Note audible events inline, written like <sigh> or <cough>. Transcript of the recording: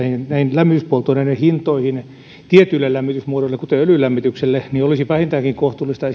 lämmityspolttoaineiden hintoihin tietyille lämmitysmuodoille kuten öljylämmitykselle niin olisi vähintäänkin kohtuullista <unintelligible>